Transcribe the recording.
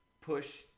push